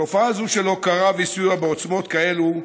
תופעה זו של הוקרה וסיוע בעוצמות כאלה,